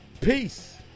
Peace